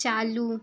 चालू